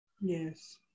yes